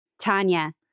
Tanya